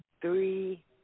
three